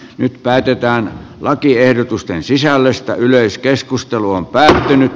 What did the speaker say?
nyt päätetään lakiehdotusten sisällöstä yleiskeskusteluun päin